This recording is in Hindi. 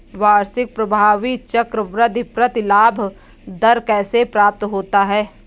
वार्षिक प्रभावी चक्रवृद्धि प्रतिलाभ दर कैसे प्राप्त होता है?